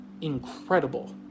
incredible